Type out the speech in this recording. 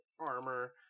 armor